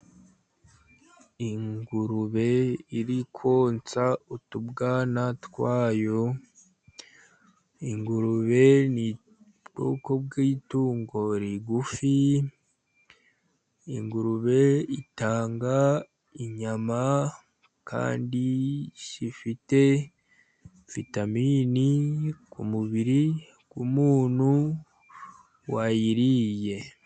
Ingurube iri konsa utubwana twayo; ingurube ni bwoko bw'itungo rigufi, ingurube itanga inyama kandi zifite vitaminini mubiri muntu wayiriye.